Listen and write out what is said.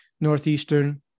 Northeastern